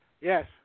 Yes